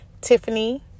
Tiffany